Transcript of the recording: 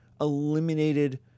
eliminated